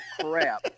crap